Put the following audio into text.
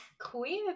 queer